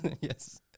Yes